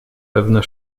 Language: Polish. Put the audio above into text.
pewne